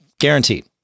guaranteed